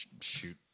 shoot